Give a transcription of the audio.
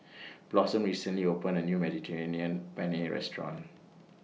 Blossom recently opened A New Mediterranean Penne Restaurant